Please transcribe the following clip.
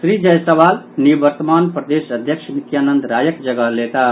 श्री जायसवाल निवर्तमान प्रदेश अध्यक्ष नित्यानंद रायक जगह लेताह